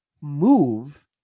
move